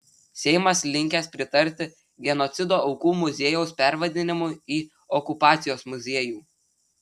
seimas linkęs pritarti genocido aukų muziejaus pervadinimui į okupacijos muziejų